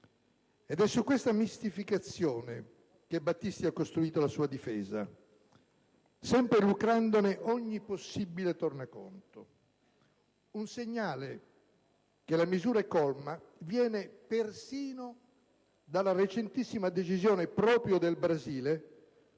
È su questa mistificazione che Battisti ha costruito la sua difesa, sempre lucrandone ogni possibile tornaconto. Un segnale che la misura è colma viene persino dalla recentissima decisione, proprio del Brasile,